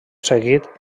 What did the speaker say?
seguit